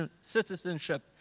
citizenship